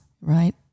right